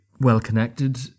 well-connected